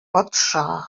патша